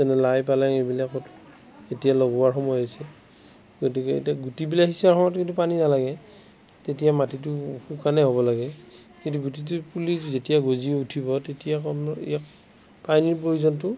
যেনে লাই পালেং এইবিলাকত এতিয়া লগোৱাৰ সময় হৈছে গতিকে এতিয়া গুটিবিলাক সিঁচাৰ সময়ত এইটো পানী নালাগে তেতিয়া মাটিটো শুকানেই হ'ব লাগে কিন্তু গুটিটোৰ পুলিটো যেতিয়া গজি উঠিব তেতিয়া অকণমান ইয়াক পানীৰ প্ৰয়োজনটো